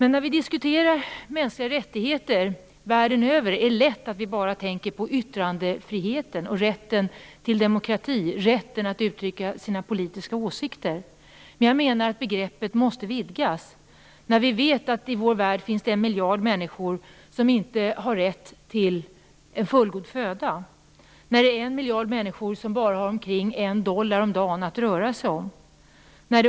När vi diskuterar de mänskliga rättigheterna världen över är det lätt att vi bara tänker på yttrandefriheten, rätten till demokrati och rätten att uttrycka sina politiska åsikter. Jag menar att begreppet måste vidgas. Vi vet att det i vår värld finns en miljard människor som inte har rätt till en fullgod föda. En miljard människor har bara omkring en dollar om dagen att röra sig med.